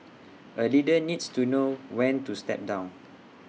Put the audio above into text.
A leader needs to know when to step down